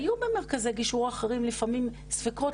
היו במרכזי גישור אחרים לפעמים ספקות,